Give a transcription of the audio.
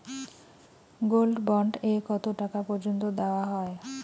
Gold bond এ কতো টাকা পর্যন্ত দেওয়া হয়?